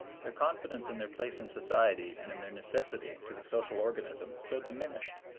their confidence in their place in society and in their necessity to the social organism so diminished,